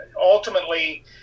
ultimately